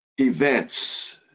events